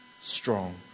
strong